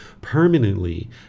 permanently